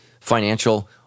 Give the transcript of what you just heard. financial